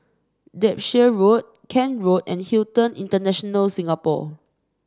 Derbyshire Road Kent Road and Hilton International Singapore